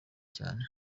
cyane